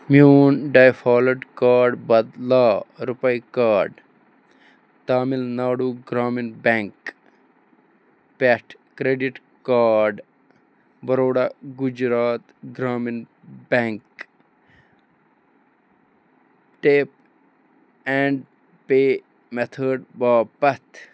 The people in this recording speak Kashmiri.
میون ڈَیفالٕڈ کارڈ بدلاو رُپَے کارڈ تامِل ناڈوٗ گرٛامِن بٮ۪نٛک پٮ۪ٹھ credit card Baroda Gujarat Gramin bank tap and pay method باپَتھ